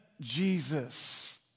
Jesus